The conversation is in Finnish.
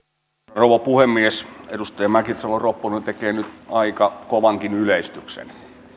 rouva puhemies edustaja mäkisalo ropponen tekee nyt aika kovankin yleistyksen